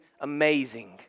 amazing